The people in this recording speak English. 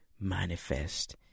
manifest